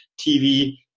TV